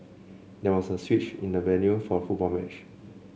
there was a switch in the venue for the football match